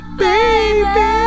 baby